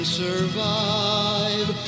survive